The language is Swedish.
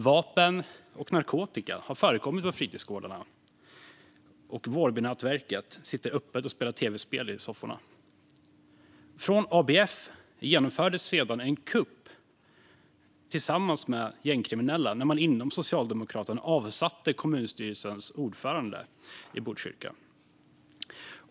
Vapen och narkotika har förekommit på fritidsgårdarna, och Vårbynätverket sitter öppet och spelar tv-spel i sofforna. Från ABF genomfördes sedan en kupp tillsammans med gängkriminella när man inom Socialdemokraterna avsatte kommunstyrelsens ordförande i Botkyrka.